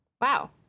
Wow